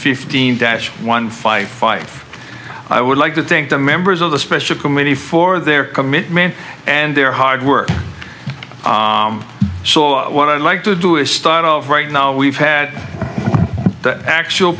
fifteen dash one fight fight i would like to think the members of the special committee for their commitment and their hard work so what i'd like to do is start of right now we've had the actual